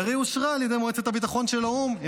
היא הרי אושרה על ידי מועצת הביטחון של האו"ם עם